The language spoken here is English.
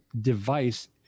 device